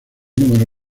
número